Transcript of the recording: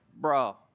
Bro